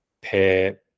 pair